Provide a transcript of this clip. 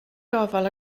gofal